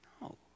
No